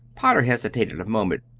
potter hesitated a moment.